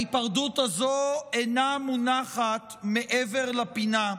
ההיפרדות הזו אינה מונחת מעבר לפינה.